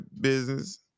business